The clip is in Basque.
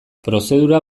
prozedura